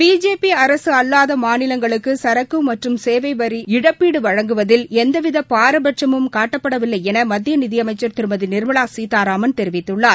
BJP அரசு அல்வாத மாநிவங்களுக்கு சரக்கு மற்றும் சேவை வரி இழப்பீடு வழங்குவதில் எந்தவித பாரபட்சமும் காட்டப்படவில்லை என நிதி அமைச்சர் திருமதி நிர்மலா சீத்தாராமன் தெரிவித்குள்ளார்